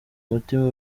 mutima